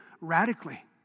radically